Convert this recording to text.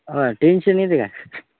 हां टेन्शन येते का